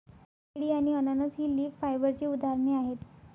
केळी आणि अननस ही लीफ फायबरची उदाहरणे आहेत